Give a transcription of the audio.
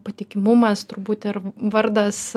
patikimumas turbūt ir vardas